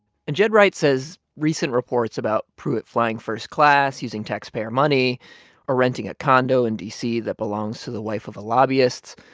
and ged wright says recent reports about pruitt flying first class, using taxpayer money or renting a condo in d c. that belongs to the wife of a lobbyist,